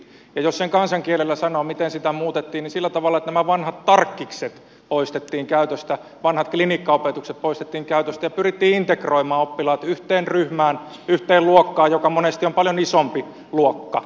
ja jos sen kansankielellä sanoo miten sitä muutettiin niin sillä tavalla että vanhat tarkkikset poistettiin käytöstä vanhat klinikkaopetukset poistettiin käytöstä ja pyrittiin integroimaan oppilaat yhteen ryhmään yhteen luokkaan joka monesti on paljon isompi luokka